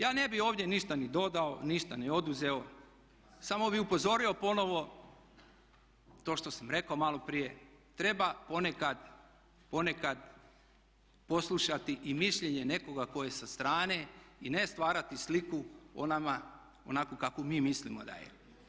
Ja ne bih ovdje ništa ni dodao, ništa ni oduzeo samo bih upozorio ponovo to što sam rekao malo prije treba ponekad poslušati i mišljenje nekoga tko je sa strane i ne stvarati sliku o nama onakvu kakvu mi mislimo da je.